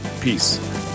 Peace